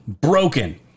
broken